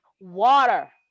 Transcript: water